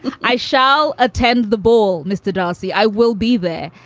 i shall attend the ball. mr. d'arcy, i will be there.